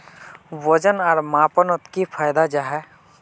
वजन आर मापनोत की फायदा जाहा?